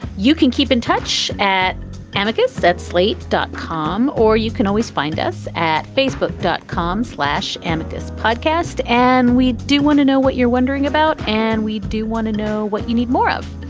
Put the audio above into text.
you can keep in touch at anarchist's at slate dot com, or you can always find us at facebook dot com slash amita's podcast. and we do want to know what you're wondering about. and we do want to know what you need more of.